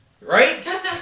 Right